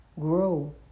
Grow